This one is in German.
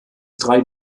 drei